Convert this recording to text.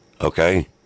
Okay